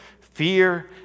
fear